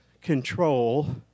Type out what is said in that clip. control